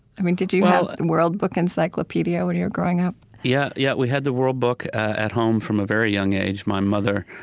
i mean, did you have world book encyclopedia when you were growing up? yeah, yeah. we had the world book at home from a very young age. my mother,